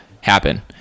happen